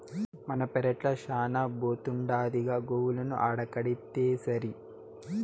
మన పెరట్ల శానా బోతుండాదిగా గోవులను ఆడకడితేసరి